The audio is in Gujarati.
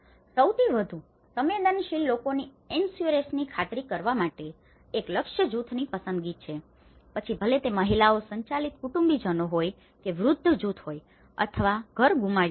સૌથી વધુ સંવેદનશીલ લોકોની એન્સુરેએક્સેસની ખાતરી કરવા માટે એક લક્ષ્ય જૂથની પસંદગી છે પછી ભલે તે મહિલાઓ સંચાલિત કુટુંબીજનો હોય કે વૃદ્ધ જૂથ હોય અથવા ઘર ગુમાવ્યું હોય